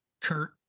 Kurt